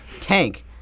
Tank